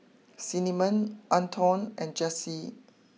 Cinnamon Anton and Jessi